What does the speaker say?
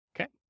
okay